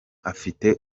afite